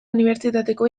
unibertsitateko